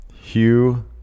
Hugh